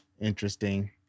Interesting